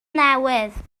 newydd